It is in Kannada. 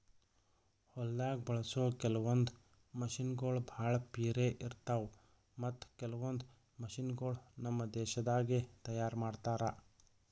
ಹೊಲ್ದಾಗ ಬಳಸೋ ಕೆಲವೊಂದ್ ಮಷಿನಗೋಳ್ ಭಾಳ್ ಪಿರೆ ಇರ್ತಾವ ಮತ್ತ್ ಕೆಲವೊಂದ್ ಮಷಿನಗೋಳ್ ನಮ್ ದೇಶದಾಗೆ ತಯಾರ್ ಮಾಡ್ತಾರಾ